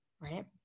right